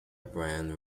brian